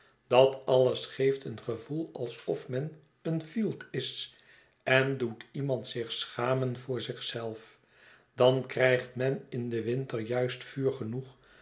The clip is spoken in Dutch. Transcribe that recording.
dat alles geeft een gevoel alsof men een fielt is en doet iemand zich schamen voor zich zelf dan krijgt men in den winter juist vuur genoeg